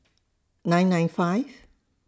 nine nine five